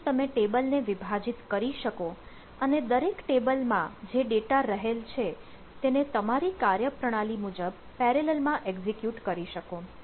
અહીં તમે ટેબલ ને વિભાજિત કરી શકો અને દરેક ટેબલમાં જે ડેટા રહેલ છે તેને તમારી કાર્યપ્રણાલી મુજબ પેરેલલ માં એક્ઝિક્યુટ કરી શકો